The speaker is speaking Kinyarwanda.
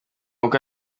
uko